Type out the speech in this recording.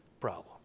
problem